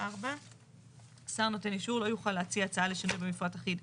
4. שר נותן אישור לא יוכל להציע הצעה לשינוי במפרט אחיד,